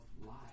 life